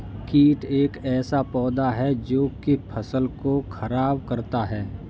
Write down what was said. कीट एक ऐसा पौधा है जो की फसल को खराब करता है